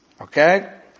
Okay